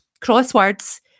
crosswords